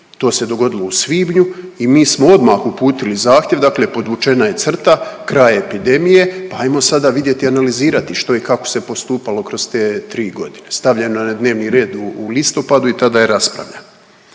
to se dogodilo u svibnju i mi smo odmah uputili zahtjev dakle podvučena je crta, kraj je epidemije, pa ajmo sada vidjeti i analizirati što i kako se postupalo kroz te 3.g.. Stavljeno je na dnevni red u, u listopadu i tada je raspravljano.